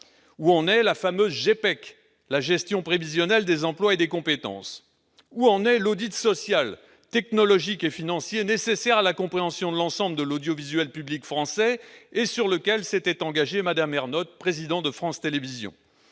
Où en est la fameuse GPEC, la gestion prévisionnelle des emplois et des compétences ? Où en est l'audit social, technologique et financier nécessaire à la compréhension de l'ensemble de l'audiovisuel public français et sur lequel s'était engagée Mme Ernotte, présidente de France Télévisions ?